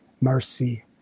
mercy